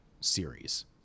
series